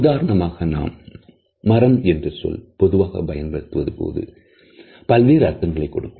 உதாரணமாக நாம் மரம் என்ற சொல் பொதுவாக பயன்படுத்தும்போது பல்வேறு அர்த்தங்களை கொடுக்கும்